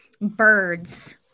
birds